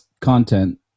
content